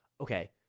okay